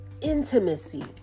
intimacy